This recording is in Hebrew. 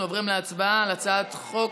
אנחנו עוברים להצבעה על הצעת חוק